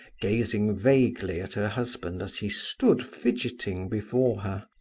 gazing vaguely at her husband as he stood fidgeting before her.